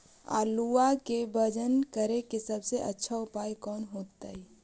आलुआ के वजन करेके सबसे अच्छा उपाय कौन होतई?